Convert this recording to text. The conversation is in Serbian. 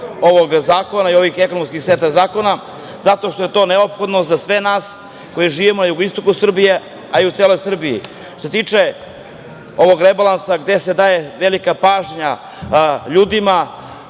ovog zakona i ovaj ekonomski set zakona zato što je to neophodno za sve nas koji živimo na jugoistoku Srbije, a i u celoj Srbiji. Što se tiče ovog rebalansa, gde se daje velika pažnja ljudima